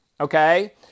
Okay